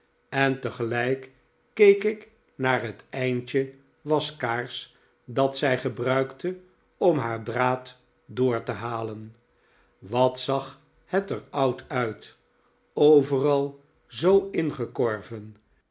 en tegelijk keek ik naar het eindje waskaars dat zij gebruikte om haar draad door te halen wat zag het er oud uit overal zoo ingekorven